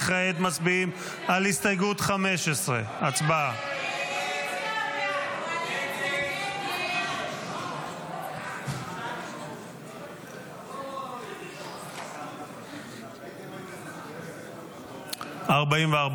כעת מצביעים על הסתייגות 15. הצבעה.